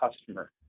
customer